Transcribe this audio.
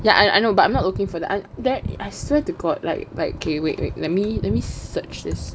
ya I know but I'm not looking for that I swear to god like like okay wait wait let me let me search this